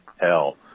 hell